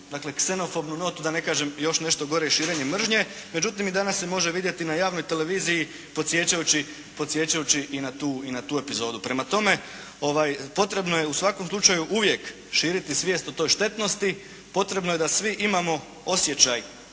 imala ksenofobnu notu, da ne kažem još nešto gore širenje mržnje, međutim i danas se može vidjeti na javnoj televiziji podsjećajući i na tu epizodu. Prema tome, potrebno je u svakom slučaju uvijek širiti svijest o toj štetnosti, potrebno je da svi imamo osjećaj